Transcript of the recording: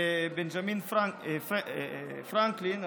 בנג'מין פרנקלין.